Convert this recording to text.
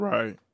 Right